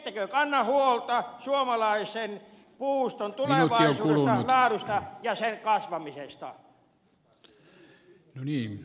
ettekö kanna huolta suomalaisen puuston tulevaisuudesta laadusta ja sen kasvamisesta